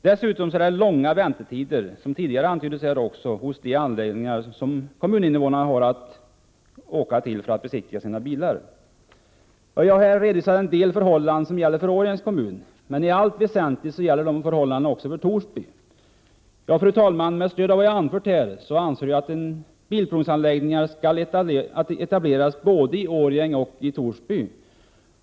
Dessutom är väntetiderna långa, vilket antytts tidigare, vid de anläggningar dit kommuninvånarna har att åka för att få bilarna besiktigade. Jag har nu redovisat en del förhållanden som gäller Årjängs kommun. I allt väsentligt gäller dessa förhållanden också för Torsby. Fru talman! Med stöd av vad jag anfört här anser jag att bilprovningsanläggning skall etableras i Årjäng och Torsby.